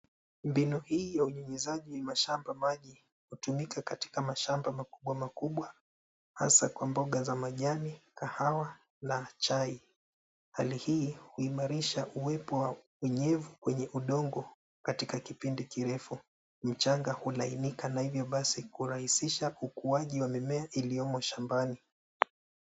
Mbinu hii ya unyunyuziaji wa mashamba kwa maji hutumika katika mashamba makubwa makubwa, hasaa kwa mboga za majani, kahawa na chai. Hali hii huimarisha uwepo wa unyevu kwenye udongo katika kipindi kirefu. Mchanga hulainika na hivyo basi kurahisisha ukuaji wa mimea iliyomo shambani.